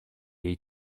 jej